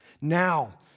now